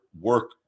work